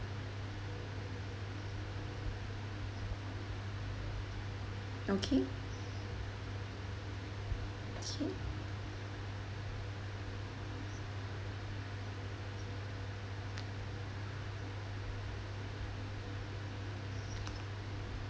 okay K